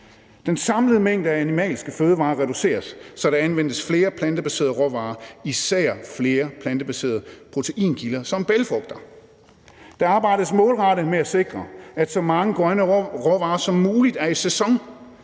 Den samlede mængde af animalske fødevarer reduceres, så der anvendes flere plantebaserede råvarer, især flere plantebaserede proteinkilder som bælgfrugter. Der arbejdes målrettet med at sikre, at så mange grønne råvarer som muligt er i sæson